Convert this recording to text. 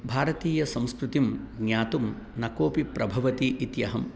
भारतीयसंस्कृतिं ज्ञातुं न कोपि प्रभवति इत्यहं